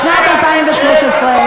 לשנת הכספים 2013,